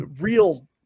real